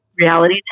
reality